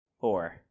Four